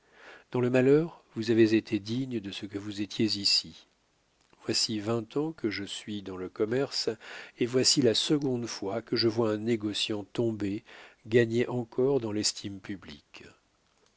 dans le malheur vous avez été digne de ce que vous étiez ici voici vingt ans que je suis dans le commerce et voici la seconde fois que je vois un négociant tombé gagner encore dans l'estime publique